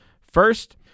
first